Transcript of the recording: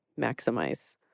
maximize